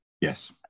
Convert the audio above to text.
Yes